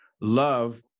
love